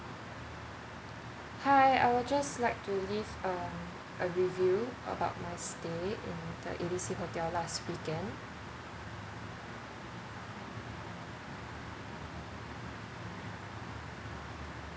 hi I would just like to leave um a review about my stay in the A_B_C hotel last weekend